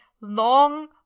long